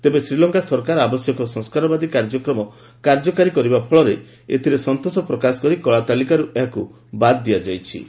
ତେବେ ଶ୍ରୀଲଙ୍କା ସରକାର ଆବଶ୍ୟକ ସଂସ୍କାରବାଦୀ କାର୍ଯ୍ୟକ୍ରମ କାର୍ଯ୍ୟକାରୀ କରିବା ଫଳରେ ଏଥିରେ ସନ୍ତୋଷ ପ୍ରକାଶ କରି କଳାତାଲିକାରୁ ଏହାକୁ ବାଦ ଦିଆଯାଇଥିବା ସେ କହିଛନ୍ତି